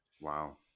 Wow